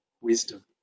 wisdom